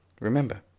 remember